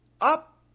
up